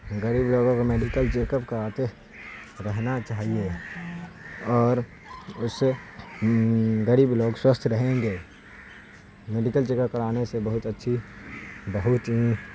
غریب لوگوں کو میڈیکل چیک اپ کراتے رہنا چاہیے اور اس سے غریب لوگ سوستھ رہیں گے میڈیکل چیک اپ کرانے سے بہت اچھی بہت ہی